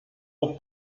aux